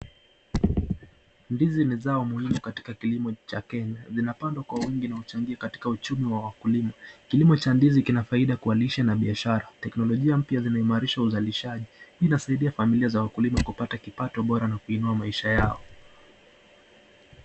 Ndizi ni zao muhimu katika kilimo cha Kenya. Zinapandwa kwa wingi na uchangio katika uchumi wa wakulima. Kilimo cha ndizi kina faida ya kuwalisha na biashara, technologia mpya zinaimarisha uzalishaji hii inasaidia familia za wakulima kupata kipato bora na kuinua maisha yao.